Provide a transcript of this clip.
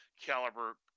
caliber